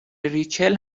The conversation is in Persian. ریچل